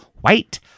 White